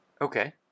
Okay